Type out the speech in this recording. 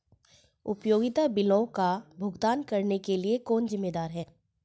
उपयोगिता बिलों का भुगतान करने के लिए कौन जिम्मेदार है?